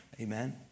Amen